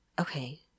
Okay